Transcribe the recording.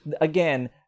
again